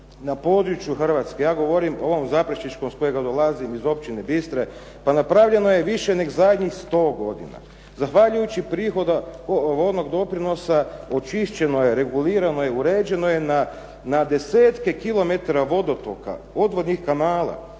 na području Hrvatske, ja govorim o ovom zaprešićkom iz kojega dolazim, iz općine Bistre, pa napravljeno je više nego zadnjih sto godina. Zahvaljujući prihodu vodnog doprinosa onečišćeno je, regulirano je, uređeno je na desetke kilometara vodotoka, odvodnih kanala